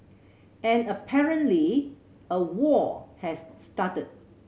and apparently a war has started